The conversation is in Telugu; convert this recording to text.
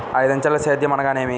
ఐదంచెల సేద్యం అనగా నేమి?